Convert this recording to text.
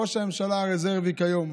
ראש הממשלה הרזרבי כיום,